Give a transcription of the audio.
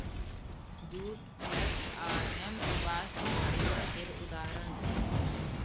जुट, flax आ hemp bast fibre केर उदाहरण छै